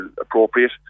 appropriate